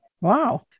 wow